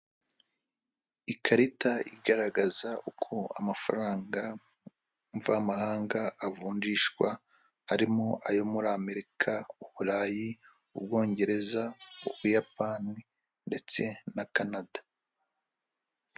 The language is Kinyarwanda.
Ikarita igaragaza uko amafaranga mvamahanga avunjishwa harimo ayo muri Amerika uburayi, Ubwongereza, Ubuyapani ndetse na Kanada.